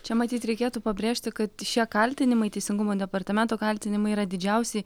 čia matyt reikėtų pabrėžti kad šie kaltinimai teisingumo departamento kaltinimai yra didžiausi